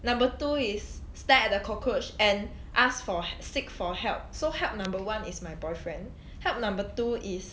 number two is stare at the cockroach and ask for seek for help so help number one is my boyfriend help number two is